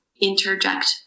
interject